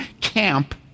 camp